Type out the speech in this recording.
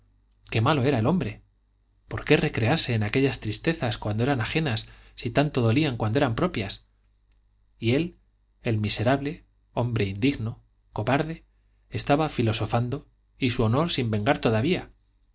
qué malo era el hombre por qué recrearse en aquellas tristezas cuando eran ajenas si tanto dolían cuando eran propias y él el miserable hombre indigno cobarde estaba filosofando y su honor sin vengar todavía